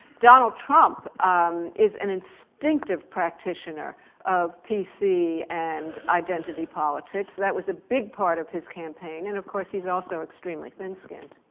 donald trump is an instinctive practitioner of p c. and identity politics. that was a big part of his campaign, and, of course, he's also extremely thin-skinned.